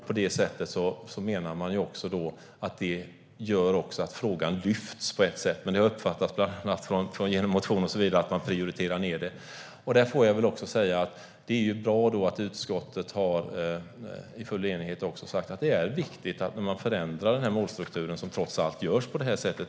På det sättet menar man att frågan lyfts fram, men jag har uppfattat genom er motion att ni tycker att den prioriteras ned. Det är bra då att utskottet i bred enighet har sagt att det är viktigt att man förändrar målstrukturen, som trots allt görs på det här sättet.